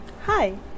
hi